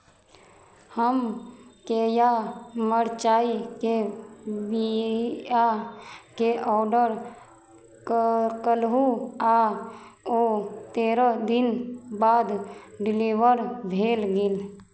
हम केया मरचाइके बीआके ऑर्डर क कयलहुँ आ ओ तेरह दिन बाद डिलीबर भेल गेल